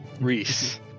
Reese